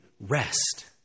rest